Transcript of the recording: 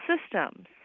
systems